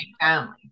family